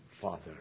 father